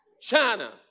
China